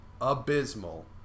abysmal